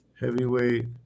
heavyweight